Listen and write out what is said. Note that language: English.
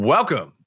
Welcome